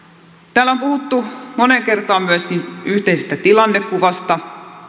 täällä on puhuttu moneen kertaan myöskin yhteisestä tilannekuvasta